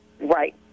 Right